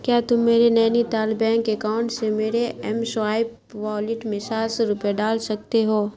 کیا تم میرے نینی تال بینک اکاؤنٹ سے میرے ایم سوائیپ والیٹ میں سات سو روپے ڈال سکتے ہو